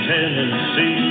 Tennessee